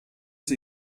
sie